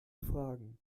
fragen